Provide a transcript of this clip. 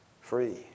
Free